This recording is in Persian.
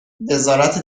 وزارت